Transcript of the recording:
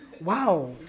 Wow